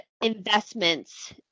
investments